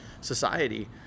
society